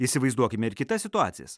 įsivaizduokime ir kitas situacijas